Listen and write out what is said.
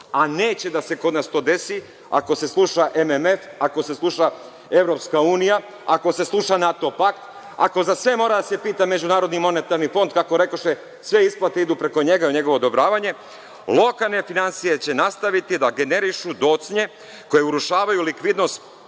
a neće kod nas to da se desi ako se sluša MMF, ako se sluša EU, ako se sluša NATO pakt, ako za sve mora da se pita MMF, kako rekoše – sve isplate idu preko njega, njegovo odobravanje, lokalne finansije će nastaviti da generišu docnje koje urušavaju likvidnost